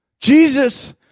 Jesus